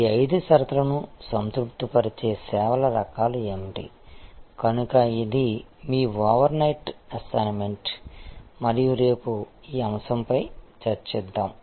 ఈ ఐదు షరతులను సంతృప్తిపరిచే సేవల రకాలు ఏమిటి కనుక ఇది మీ ఓవర్నైట్ అసైన్మెంట్ మరియు రేపు ఈ అంశంపై చర్చిద్దాం